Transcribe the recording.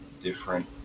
different